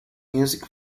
music